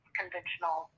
conventional